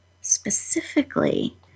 specifically